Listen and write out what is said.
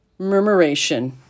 Murmuration